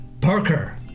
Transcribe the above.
Parker